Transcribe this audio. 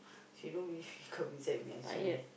he don't believe he come inside with me I say no